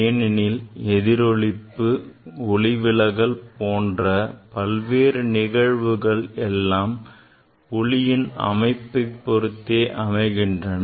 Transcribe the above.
ஏனெனில் எதிரொளிப்பு ஒளிவிலகல் போன்ற பல்வேறு நிகழ்வுகள் எல்லாம் ஒளியின் அமைப்பைப் பொறுத்தே அமைகின்றன